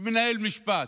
ומנהל משפט,